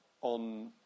on